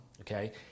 Okay